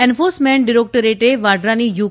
enforcement ડાયરેક્ટરેટે વાડરાની you